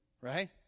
Right